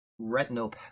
retinopathy